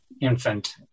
infant